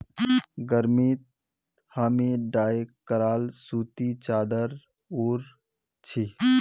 गर्मीत हामी डाई कराल सूती चादर ओढ़ छि